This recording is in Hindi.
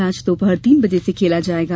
मैच दोपहर तीन बजे से खेला जाएगा